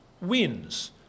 wins